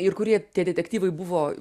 ir kurie tie detektyvai buvo